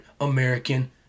American